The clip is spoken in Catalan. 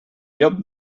llop